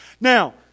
Now